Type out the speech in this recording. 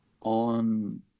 on